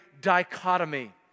dichotomy